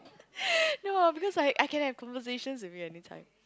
no because I I can have conversations with you anytime